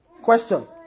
Question